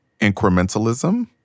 incrementalism